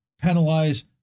penalize